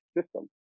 system